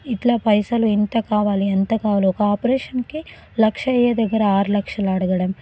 ఇట్లా పైసలు ఇంత కావాలి ఎంత కావాలి ఒక ఆపరేషన్కి లక్ష అయ్యే దగ్గర ఆరు లక్షలు అడగడం